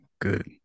Good